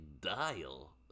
dial